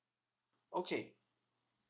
okay